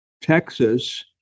Texas